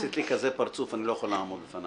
עשית לי כזה פרצוף, אני לא יכול לעמוד בפנייך.